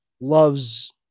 loves